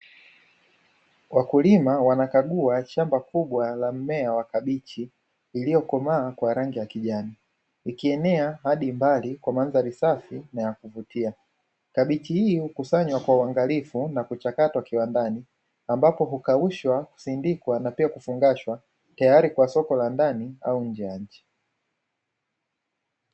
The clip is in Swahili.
Wakulima wanakagua shamba kubwa la mmea wa kabichi iliyokomaa kwa rangi ya kijani, ikienea hadi mbali kwa mandhari safi na ya kuvutia. Kabichi hii hukusanywa kwa uangalifu na kuchakatwa kiwandani, ambapo hukaushwa, kusindikwa na pia kufungashwa tayari kwa soko la ndani au nje ya nchi.